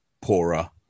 poorer